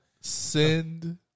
Send